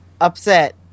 upset